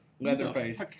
Leatherface